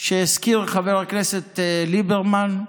שהזכיר חבר הכנסת ליברמן,